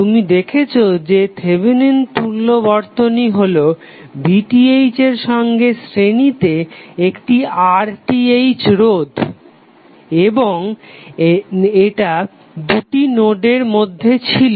তুমি দেখেছ যে থেভেনিন তুল্য বর্তনী হলো VTh এর সঙ্গে শ্রেণিতে একটি RTh রোধ এবং এটা দুটি নোডের মধ্যে ছিল